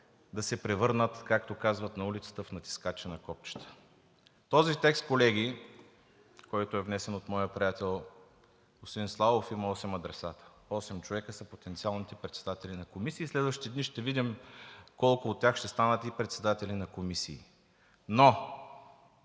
да се превърнат, както казват на улицата, в натискачи на копчета. Този текст, колеги, който е внесен от моя приятел господин Славов, има осем адресата – осем човека са потенциалните председатели на комисии и в следващите дни ще видим колко от тях ще станат и председатели на комисии. Но